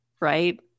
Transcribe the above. right